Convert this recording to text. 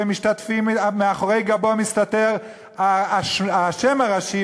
ומאחורי גבו מסתתר השם הראשי,